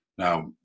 Now